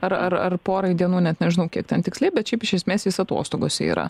ar ar ar porai dienų net nežinau kiek ten tiksliai bet šiaip iš esmės jis atostogose yra